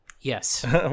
Yes